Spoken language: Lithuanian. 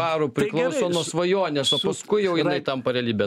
arų priklauso nuo svajonės o paskui jau jinai tampa realybe